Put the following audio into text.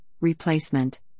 replacement